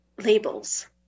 labels